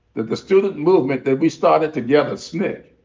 that the student movement that we started together, sncc,